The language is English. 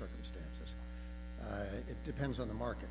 circumstances it depends on the market